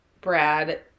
brad